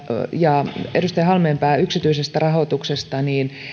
ja edustaja halmeenpää yksityisestä rahoituksesta